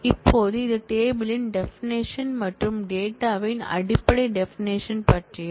இப்போது அது டேபிள் யின் டெபானஷன் மற்றும் டேட்டான் அடிப்படை டெபானஷன்பற்றியது